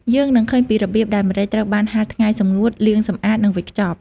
យើងនឹងឃើញពីរបៀបដែលម្រេចត្រូវបានហាលថ្ងៃសម្ងួត លាងសម្អាត និងវេចខ្ចប់ ។